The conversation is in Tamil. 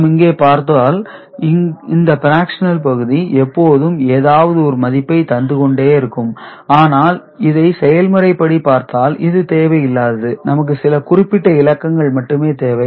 நாம் இங்கே பார்த்தால் இந்த பிராக்சனல் பகுதி எப்போதும் ஏதாவது ஒரு மதிப்பை தந்து கொண்டே இருக்கும் ஆனால் இதை செயல்முறை படி பார்த்தால் இது தேவையில்லாதது நமக்கு சில குறிப்பிட்ட இலக்கங்கள் மட்டுமே தேவை